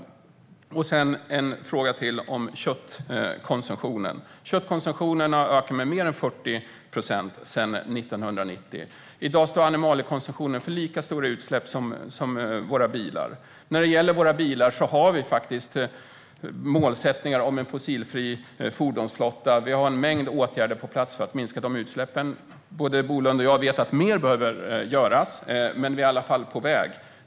Sedan har jag en fråga om köttkonsumtionen. Köttkonsumtionen har ökat med mer än 40 procent sedan 1990. I dag står animaliekonsumtionen för lika stora utsläpp som våra bilar. När det gäller bilarna har vi målsättningen om en fossilfri fordonsflotta, och vi har en mängd åtgärder på plats för att minska utsläppen. Både Bolund och jag vet att mer behöver göras, men vi är i alla fall på väg.